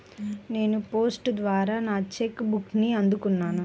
నేను పోస్ట్ ద్వారా నా చెక్ బుక్ని అందుకున్నాను